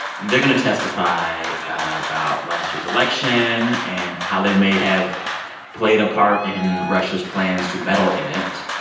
they're going to testify about last year's election and how they may have played a part in russia's plans to meddle in it.